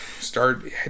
Start